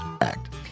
Act